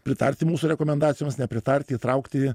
pritarti mūsų rekomendacijoms nepritarti įtraukti